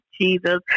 jesus